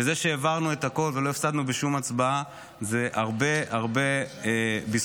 וזה שהעברנו את הכול ולא הפסדנו בשום הצבעה זה הרבה הרבה בזכותכן.